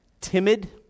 timid